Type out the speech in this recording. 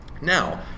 Now